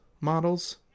models